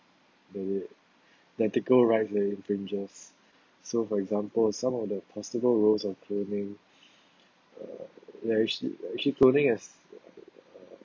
the ethical right that infringes so for example some of the possible roles of clothing uh actually actually clothing has